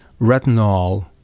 retinol